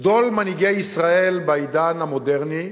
גדול מנהיגי ישראל בעידן המודרני,